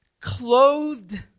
Clothed